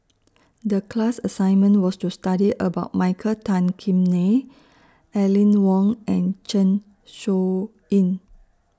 The class assignment was to study about Michael Tan Kim Nei Aline Wong and Zeng Shouyin